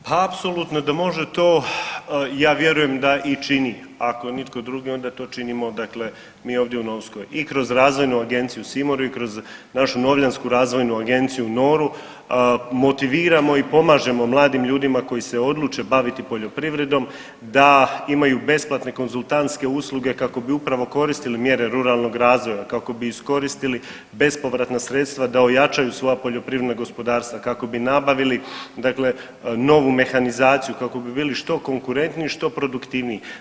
Pa apsolutno da može to i ja vjerujem da i čini, ako nitko drugi onda to činimo mi ovdje u Novskoj i kroz Razvojnu agenciju … i kroz našu Novljansku razvojnu agenciju Noru motiviramo i pomažemo mladim ljudima koji se odluče baviti poljoprivredom da imaju besplatne konzultantske usluge kako bi upravo koristili mjere ruralnog razvoja, kako bi iskoristili bespovratna sredstva da ojačaju svoja poljoprivredna gospodarstva, kako bi nabavili novu mehanizaciju, kako bi bili što konkurentniji i što produktivniji.